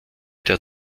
der